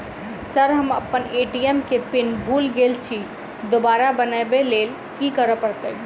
Sir हम अप्पन ATM केँ पिन भूल गेल छी दोबारा बनाबै लेल की करऽ परतै?